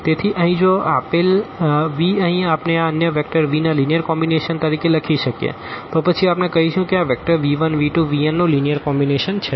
તેથી અહીં જો આપેલ v અહીં આપણે આ અન્ય વેક્ટર્સ v ના લીનીઅર કોમ્બીનેશન તરીકે લખી શકીએ છીએ તો પછી આપણે કહીશું કે આ વેક્ટર્સ v1v2vn નો લીનીઅર કોમ્બીનેશન છે